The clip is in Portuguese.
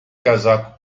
casaco